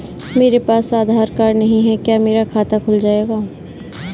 मेरे पास आधार कार्ड नहीं है क्या मेरा खाता खुल जाएगा?